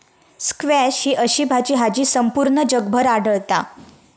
squash ही अशी भाजी हा जी संपूर्ण जगभर आढळता